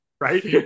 right